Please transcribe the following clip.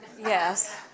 Yes